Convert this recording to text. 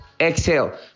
Exhale